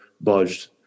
budged